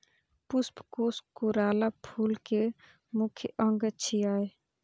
पुष्पकोष कोरोला फूल के मुख्य अंग छियै